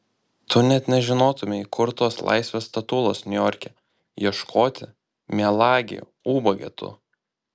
tu net nežinotumei kur tos laisvės statulos niujorke ieškoti melagi ubage tu